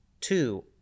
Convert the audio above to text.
Two